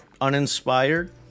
uninspired